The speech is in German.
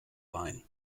ein